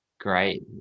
Great